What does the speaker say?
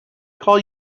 call